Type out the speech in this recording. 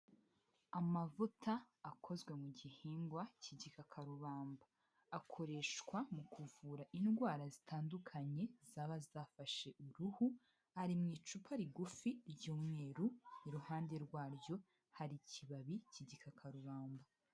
Amavuta akozwe mu gihingwa k'igikakarubamba, akoreshwa mu kuvura indwara zitandukanye zaba zafashe uruhu, ari mu icupa rigufi ry'umweru, iruhande rwaryo hari ikibabi k'igikakarubamba.